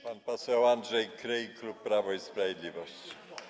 Pan poseł Andrzej Kryj, klub Prawo i Sprawiedliwość.